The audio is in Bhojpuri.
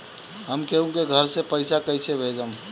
हम केहु के घर से पैसा कैइसे भेजम?